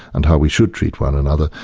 and how we should treat one another.